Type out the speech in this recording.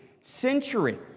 century